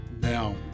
Now